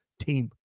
team